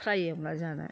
फ्राय एवना जानो